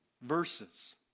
verses